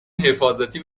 حفاظتی